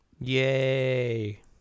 Yay